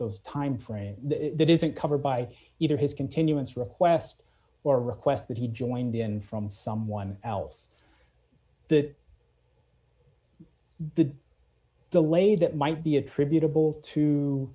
those timeframe that isn't covered by either his continuance request or request that he joined in from someone else that the delay that might be attributable to